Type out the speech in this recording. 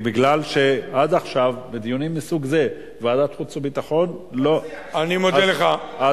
מפני שעד עכשיו בדיונים מסוג זה בוועדת החוץ והביטחון לא אני מודה לך,